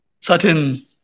certain